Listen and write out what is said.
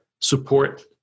support